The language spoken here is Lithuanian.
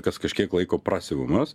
kas kažkiek laiko prasiuvamos